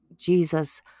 Jesus